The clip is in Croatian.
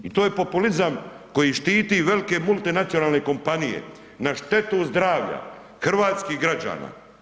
I to je populizam koji štiti velike multinacionalne kompanije na štetu zdravlja hrvatskih građana.